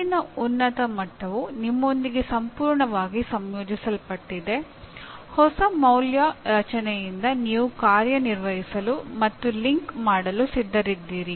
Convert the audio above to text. ಮುಂದಿನ ಉನ್ನತ ಮಟ್ಟವು ನಿಮ್ಮೊಂದಿಗೆ ಸಂಪೂರ್ಣವಾಗಿ ಸಂಯೋಜಿಸಲ್ಪಟ್ಟಿದೆ ಹೊಸ ಮೌಲ್ಯ ರಚನೆಯಿಂದ ನೀವು ಕಾರ್ಯನಿರ್ವಹಿಸಲು ಮತ್ತು ಲಿಂಕ್ ಮಾಡಲು ಸಿದ್ಧರಿದ್ದೀರಿ